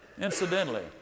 Incidentally